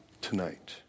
tonight